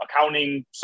accounting